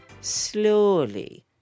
slowly